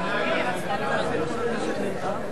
של קבוצת סיעת חד"ש,